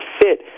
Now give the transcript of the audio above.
fit